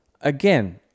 again